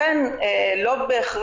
הוא כמובן שונה מהנתונים שהמשטרה מקבלת או